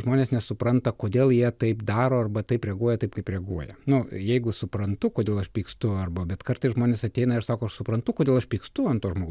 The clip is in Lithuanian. žmonės nesupranta kodėl jie taip daro arba taip reaguoja taip kaip reaguoja nu jeigu suprantu kodėl aš pykstu arba bet kartais žmonės ateina ir sako aš suprantu kodėl aš pykstu ant to žmogaus